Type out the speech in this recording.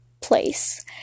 Place